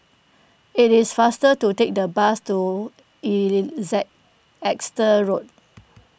it is faster to take the bus to Exeter Road